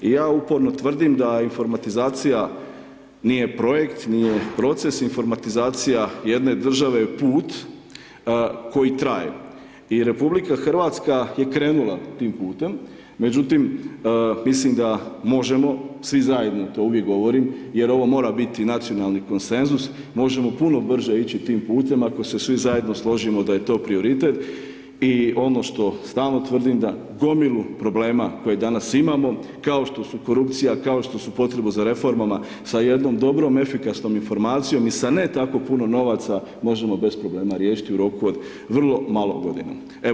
I ja uporno tvrdim da informatizacija nije projekt, nije proces, informatizacija jedne države je put koji traje i RH je krenula tim putem, međutim, mislim da možemo svi zajedno, to uvijek govorim jer ovo mora biti nacionalni konsenzus, možemo puno brže ići tim putem ako se svi zajedno složimo da je to prioritet i ono što stalno tvrdim, da gomilu problema, koje danas imamo, kao što su korupcija, kao što je potreba za reformama, sa jednom dobrom efikasnom informacijom i sa ne tako puno novaca, možemo bez problema riješiti u roku od vrlo malo godina.